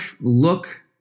look